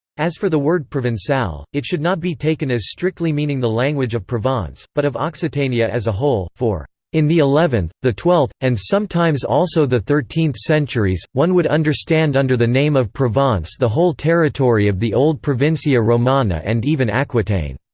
as for the word provencal, it should not be taken as strictly meaning the language of provence, but of occitania as a whole, for in the eleventh, the twelfth, and sometimes also the thirteenth centuries, one would understand under the name of provence the whole territory of the old provincia romana and even aquitaine.